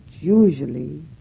usually